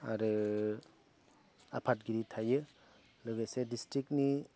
आरो आफादगिरि थायो लोगोसे डिस्ट्रिक्टनि